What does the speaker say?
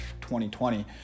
2020